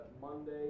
Monday